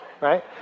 Right